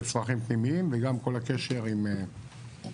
לצרכים פנימיים וגם כל הקשר עם ירדן,